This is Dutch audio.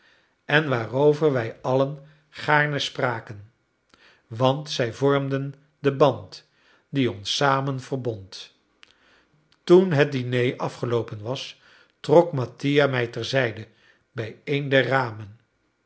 en waarover wij allen gaarne spraken want zij vormden den band die ons samen verbond toen het diné afgeloopen was trok mattia mij terzijde bij een der ramen